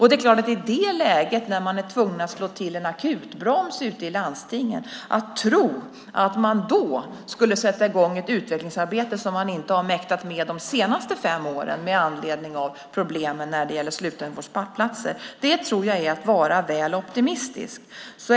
Att tro att landstingen, när de är tvungna att slå till akutbromsen, skulle sätta i gång ett utvecklingsarbete med anledning av problemen med slutenvårdsplatser, något som de inte mäktat med de senaste fem åren, är nog att vara väl optimistisk.